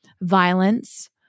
violence